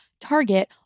Target